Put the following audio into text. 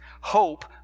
Hope